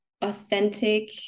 authentic